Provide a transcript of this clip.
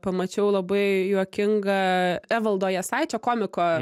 pamačiau labai juokingą evaldo jasaičio komiko